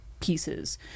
pieces